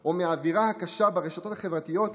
או מהאווירה הקשה ברשתות החברתיות,